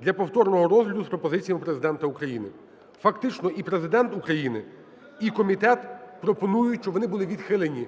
для повторного розгляду з пропозиціями Президента України. Фактично і Президент України, і комітет пропонують, щоб вони були відхилені.